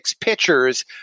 pitchers